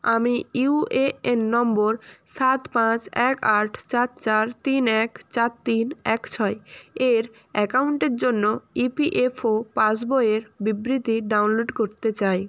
আমি U A N number সাত পাঁচ এক আট চার চার তিন এক চার তিন এক ছয় এর অ্যাকাউন্টের জন্য ই পি এফ ও পাসবইয়ের বিবৃতি ডাউনলোড করতে চাই